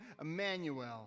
Emmanuel